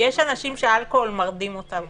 יש אנשים שאלכוהול מרדים אותם.